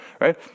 right